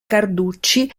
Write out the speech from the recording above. carducci